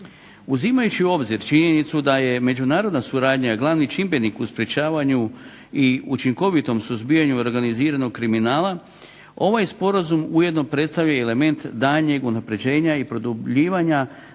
Uzimajući u obzir činjenicu da je međunarodna suradnja glavni čimbenik u sprječavanju i učinkovitom suzbijanju organiziranog kriminala, ovaj sporazum ujedno predstavlja element daljnjeg unapređenja i produbljivanja